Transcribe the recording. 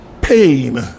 pain